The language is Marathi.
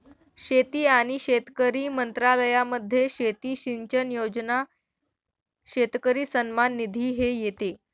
शेती आणि शेतकरी मंत्रालयामध्ये शेती सिंचन योजना, शेतकरी सन्मान निधी हे येते